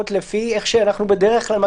אבל ודאי לא להישאר באותו מצב,